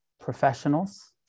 professionals